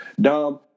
Dom